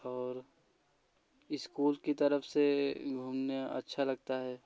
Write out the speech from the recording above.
और स्कूल की तरफ से घूमने में अच्छा लगता है